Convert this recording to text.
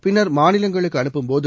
பின்னர் மாநிலங்களுக்கு அனுப்பும்போது